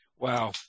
Wow